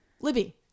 Libby